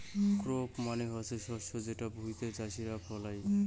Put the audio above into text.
crop মানে হসে শস্য যেটো ভুঁইতে চাষীরা ফলাই